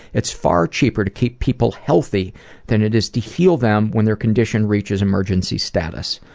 it's far cheaper to keep people healthy than it is to heal them when their condition reaches emergency status.